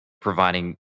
providing